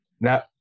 Now